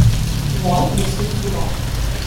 von visus būdon